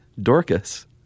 Dorcas